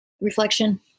reflection